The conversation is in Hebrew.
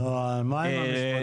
נו, מה עם המשפטים האלו?